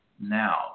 now